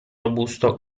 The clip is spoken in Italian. robusto